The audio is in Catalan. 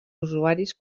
usuaris